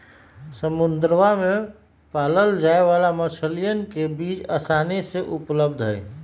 समुद्रवा में पाल्ल जाये वाला मछलीयन के बीज आसानी से उपलब्ध हई